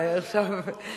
היא היתה מוכנה